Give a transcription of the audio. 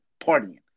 partying